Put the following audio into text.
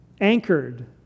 anchored